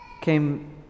came